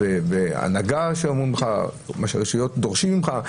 והנהגה שאומרת לך מה שהרשויות דורשות ממך.